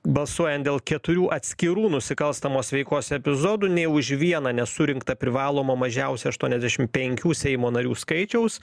balsuojant dėl keturių atskirų nusikalstamos veikos epizodų nei už vieną nesurinkta privalomo mažiausiai aštuoniasdešimt penkių seimo narių skaičiaus